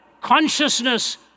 Consciousness